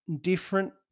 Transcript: different